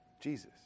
Jesus